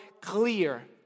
clear